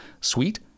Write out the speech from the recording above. Sweet